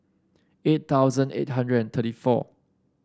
eight thousand eight hundred and thirty four